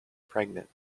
pregnant